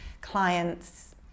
clients